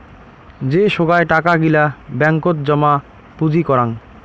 যে সোগায় টাকা গিলা ব্যাঙ্কত জমা পুঁজি করাং